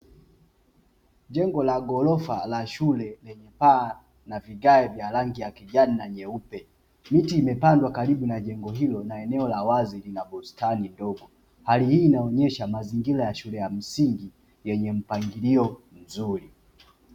Jengo la ghorofa la shule, lenye paa na vigae vya rangi ya kijani na nyeupe, miti imepandwa karibu na jengo hilo, na eneo la wazi lina bustani ndogo. Hali hii inaonyesha mazingira ya shule ya msingi yenye mpangilio mzuri.